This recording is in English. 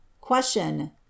Question